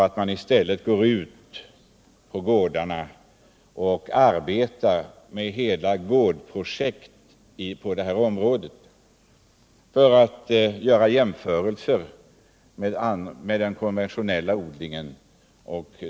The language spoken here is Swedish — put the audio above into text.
I stället bör man arbeta med hela. gårdprojekt på det här området och göra jämförelser med den konventionella odlingen.